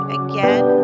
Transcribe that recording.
again